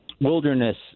wilderness